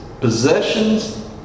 possessions